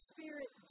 Spirit